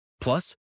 Plus